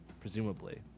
presumably